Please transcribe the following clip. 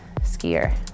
skier